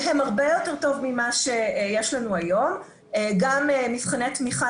שהם הרבה יותר טוב ממה שיש לנו היום: גם מבחני תמיכה